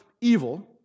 evil